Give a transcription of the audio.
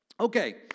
Okay